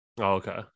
okay